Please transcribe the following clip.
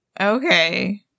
Okay